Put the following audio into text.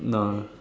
no